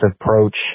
approach